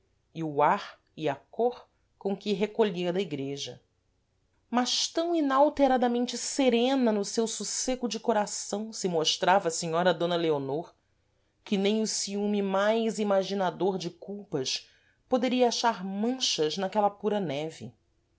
e o ar e a côr com que recolhia da igreja mas tam inalteradamente serena no seu sossêgo de coração se mostrava a senhora d leonor que nem o ciume mais imaginador de culpas poderia achar manchas naquela pura neve